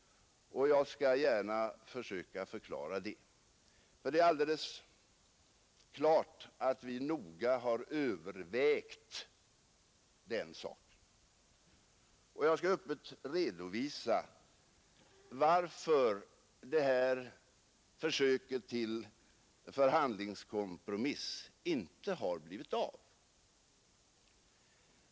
Jag skall gärna försöka förklara det; det är alldeles klart att vi noga har övervägt den saken. Jag skall öppet redovisa varför det här försöket till förhandlingskompromiss inte har blivit av.